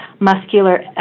muscular